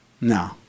No